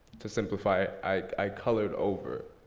to simplify it, i colored over